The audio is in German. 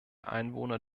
einwohner